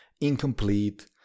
incomplete